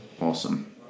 Awesome